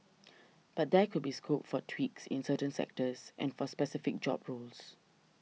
but there could be scope for tweaks in certain sectors and for specific job roles